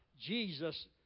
Jesus